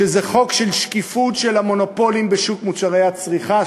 שזה חוק של שקיפות של המונופולים בשוק מוצרי הצריכה,